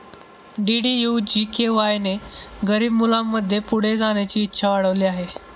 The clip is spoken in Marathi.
डी.डी.यू जी.के.वाय ने गरीब मुलांमध्ये पुढे जाण्याची इच्छा वाढविली आहे